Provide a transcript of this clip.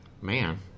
Man